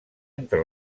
entre